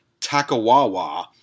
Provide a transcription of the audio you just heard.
Takawawa